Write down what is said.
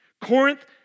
Corinth